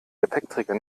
gepäckträger